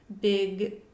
big